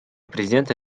президента